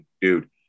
Dude